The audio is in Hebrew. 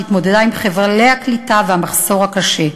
שהתמודדה עם חבלי הקליטה והמחסור הקשה.